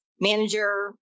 manager